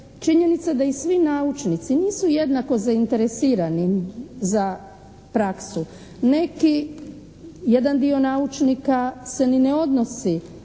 činjenica da i svi naučnici nisu jednako zainteresirani za praksu. Neki, jedan dio naučnika se ni ne odnosi